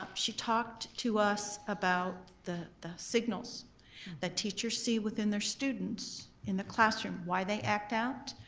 um she talked to us about the the signals that teachers see within their students in the classroom, why they act out.